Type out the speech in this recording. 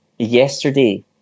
yesterday